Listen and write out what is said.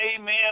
amen